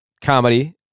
comedy